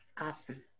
awesome